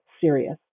serious